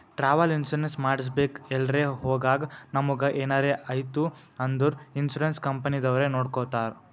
travel insurance ಮಾಡಿಸ್ಬೇಕ್ ಎಲ್ರೆ ಹೊಗಾಗ್ ನಮುಗ ಎನಾರೆ ಐಯ್ತ ಅಂದುರ್ ಇನ್ಸೂರೆನ್ಸ್ ಕಂಪನಿದವ್ರೆ ನೊಡ್ಕೊತ್ತಾರ್